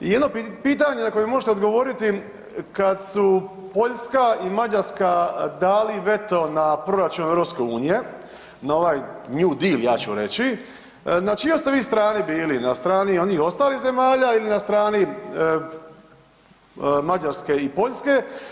I jedno pitanje na koje mi možete odgovoriti, kad su Poljska i Mađarska dali veto na proračun EU-a, na ovaj New Deal ja ću reći, na čijoj ste vi strani bili, na strani onih ostalih zemalja ili na strani Mađarske i Poljske?